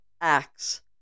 acts